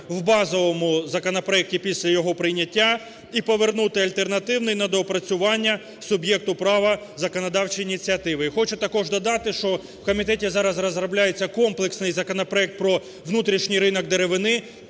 в базовому законопроекті після його прийняття і повернути альтернативний на доопрацювання суб'єкту права законодавчої ініціативи. І хочу також додати, що в комітеті зараз розробляється комплексний законопроект про внутрішній ринок деревини,